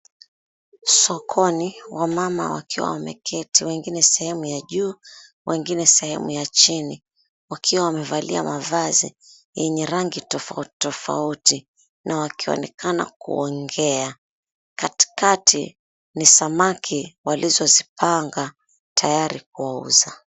Sokoni, wamama wakiwa wameketi, wengine sehemu ya juu, wengine sehemu ya chini. Wakiwa wamevalia mavazi yenye rangi tofauti tofauti na wakionekana kuongea. Katikati, ni samaki waliozipanga tayari kuwauza.